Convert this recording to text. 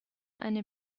eine